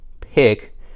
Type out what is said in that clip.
pick